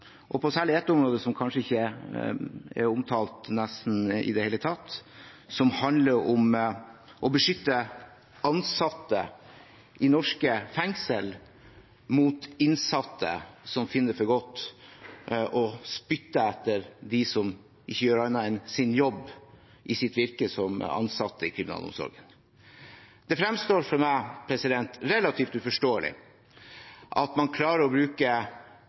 og særlig på et område som nesten ikke er omtalt i det hele tatt, og som handler om å beskytte ansatte i norske fengsler mot innsatte som finner det for godt å spytte etter dem som ikke gjør annet enn sin jobb i sitt virke som ansatte i kriminalomsorgen. Det fremstår for meg relativt uforståelig at man klarte å bruke